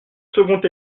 second